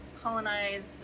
colonized